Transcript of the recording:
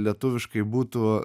lietuviškai būtų